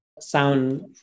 sound